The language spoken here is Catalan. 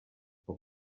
pot